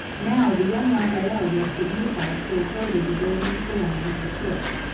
now the young raphael was to beautify still further the buildings belonging to the church.